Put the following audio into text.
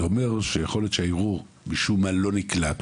זה אומר שיכול להיות שהערעור משום-מה לא נקלט.